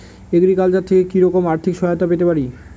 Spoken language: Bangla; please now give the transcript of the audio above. এগ্রিকালচার থেকে কি রকম আর্থিক সহায়তা পেতে পারি?